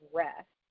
rest